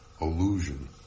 illusion